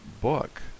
book